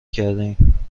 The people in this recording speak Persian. کردهایم